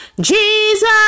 Jesus